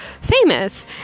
famous